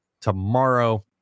tomorrow